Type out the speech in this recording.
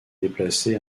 déplacée